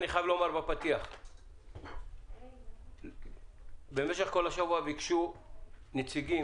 אני חייב לומר בפתיחת דבריי שבמשך כל השבוע ביקשו נציגים